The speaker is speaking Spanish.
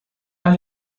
las